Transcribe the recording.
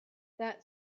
that